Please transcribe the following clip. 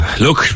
Look